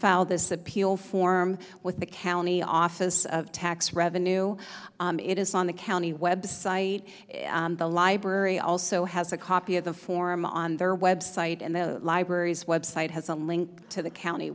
file this appeal form with the county office of tax revenue it is on the county website the library also has a copy of the form on their website and the library's website has a link to the county